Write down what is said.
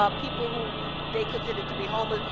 ah people who they consider to be homeless,